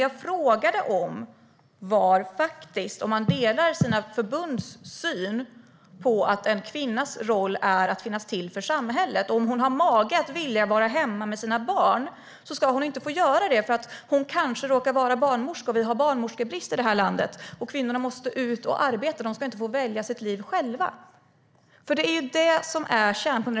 Jag frågade om Fredrik Malm delar förbundens syn på att en kvinnas roll är att finnas till för samhället; om hon har mage att vilja vara hemma med sina barn ska hon inte få göra det eftersom hon kanske råkar vara barnmorska och det råder barnmorskebrist i landet. Kvinnorna måste ut och arbeta, och de ska inte få välja liv själva. Det är kärnpunkten.